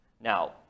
Now